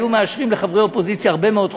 היו מאשרים לחברי אופוזיציה הרבה מאוד חוקים.